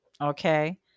okay